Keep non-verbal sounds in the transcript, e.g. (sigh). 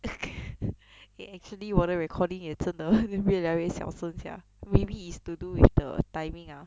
(laughs) eh actually 我的 recording 也真的越来越小声 sia maybe is to do with the timing ah